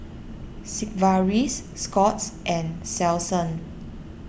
Sigvaris Scott's and Selsun